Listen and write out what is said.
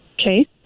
Okay